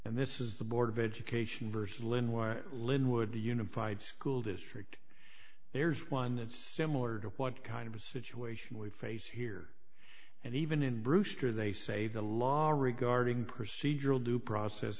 and this is the board of education versus lenoir linwood unified school district there's one it's similar to what kind of situation we face here and even in brewster they say the law regarding procedural due process